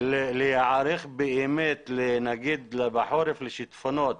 להיערך באמת לשיטפונות